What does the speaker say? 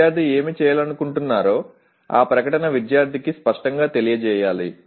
విద్యార్థి ఏమి చేయాలనుకుంటున్నారో ఆ ప్రకటన విద్యార్థికి స్పష్టంగా తెలియచేయగలగాలి